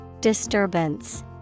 Disturbance